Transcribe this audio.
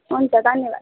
हुन्छ धन्यवाद